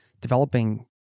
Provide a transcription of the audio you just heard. developing